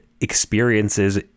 experiences